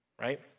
Right